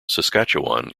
saskatchewan